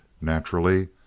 naturally